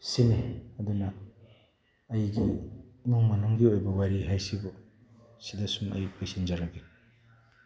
ꯁꯤꯅꯤ ꯑꯗꯨꯅ ꯑꯩꯒꯤ ꯏꯃꯨꯡ ꯃꯅꯨꯡꯒꯤ ꯑꯣꯏꯕ ꯋꯥꯔꯤ ꯍꯥꯏꯁꯤꯕꯨ ꯁꯤꯗꯁꯨꯝ ꯑꯩ ꯂꯣꯏꯁꯤꯟꯖꯔꯒꯦ